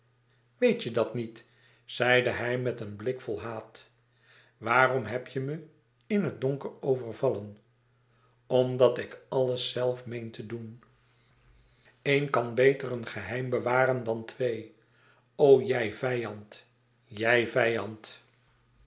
weet je dat niet zeide hij met een blik vol haat waarom heb je me in het donker overvallen omdat ik alles zelf meen te doen een geheim bewaren dan twee jij vij